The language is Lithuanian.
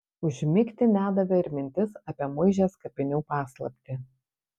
užmigti nedavė ir mintis apie muižės kapinių paslaptį